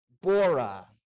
Bora